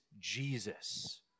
Jesus